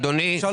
אדוני,